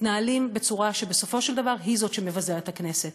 מתנהלים בצורה שבסופו של דבר היא זאת שמבזה את הכנסת.